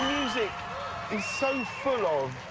music is so full of